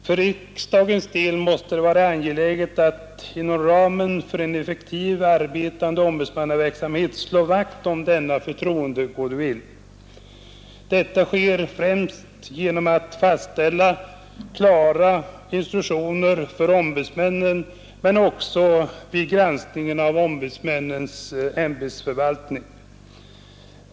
För riksdagens del måste det vara angeläget att inom ramen för en effektivt arbetande ombudsmannaverksamhet slå vakt om denna förtroendegoodwill. Detta sker främst genom att fastställa klara instruktioner för ombudsmännen men också vid granskningen av ombudsmännens ämbetsförvaltning.